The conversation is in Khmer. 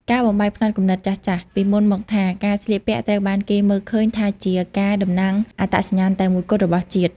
ការបំបែកផ្នត់គំនិតចាស់ៗ ពីមុនមកថា ការស្លៀកពាក់ត្រូវបានគេមើលឃើញថាជាការតំណាងអត្តសញ្ញាណតែមួយគត់របស់ជាតិ។